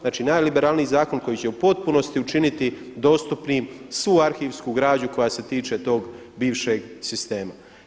Znači najliberalniji zakon koji će u potpunosti učiniti dostupnim svu arhivsku građu koja se tiče tog bivšeg sistema.